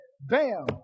bam